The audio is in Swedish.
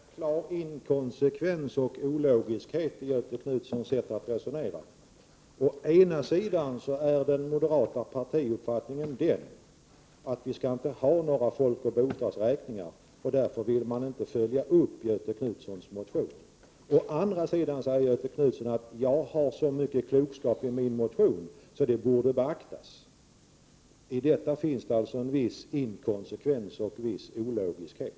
Herr talman! Det finns en klar inkonsekvens och ologiskhet i Göthe Knutsons sätt att resonera. Å ena sidan är den moderata partiuppfattningen den att vi inte skall ha några folkoch bostadsräkningar, och därför vill man inte följa upp Göthe Knutsons motion. Å andra sidan säger Göthe Knutson att det finns så mycken klokskap i hans motion att den borde beaktas. I detta finns en viss inkonsekvens och en viss ologiskhet.